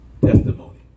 Testimony